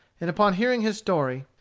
and upon hearing his story,